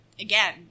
again